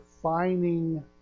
defining